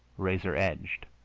razor-edged.